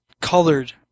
colored